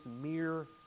mere